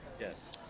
Yes